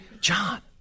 John